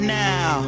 now